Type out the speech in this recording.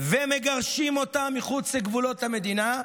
ומגרשים אותם מחוץ לגבולות המדינה,